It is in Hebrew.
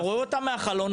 אתה רואה אותם מהחלון,